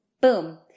Boom